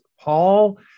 Paul